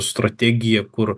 strategija kur